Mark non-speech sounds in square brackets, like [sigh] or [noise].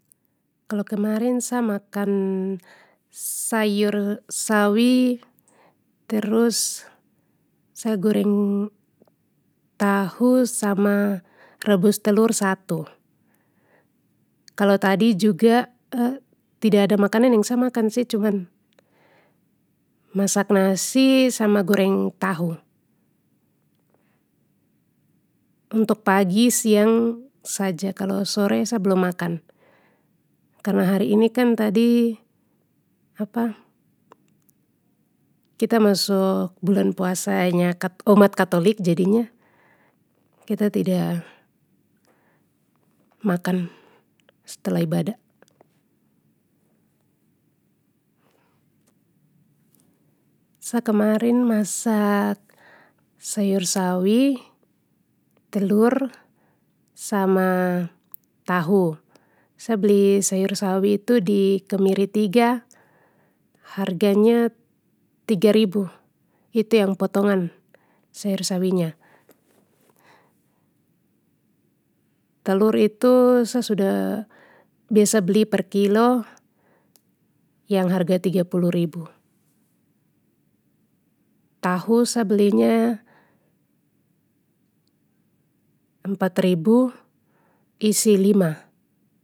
Kalo kemarin sa makan, sayur sawi terus, sa goreng, tahu sama rebus telur satu. Kalo tadi juga [hesitation] tidada makanan yang makan sih cuman, masak nasi sama goreng tahu. Untuk pagi, siang saja kalo sore sa belum makan karna hari ini kan tadi [hesitation] kita masuk bulan puasanya kat-umat katolik jadinya kita tidak, makan setelah ibadah. Sa kemarin masak sayur sawi, telur sama tahu. Sa beli sayur sawi itu di kemiri tiga harganya tiga ribu itu yang potongan sayur sawinya. Telur itu sa sudah biasa per kilo, yang harga tiga puluh ribu. Tahu sa belinya, empat ribu isi lima.